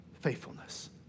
faithfulness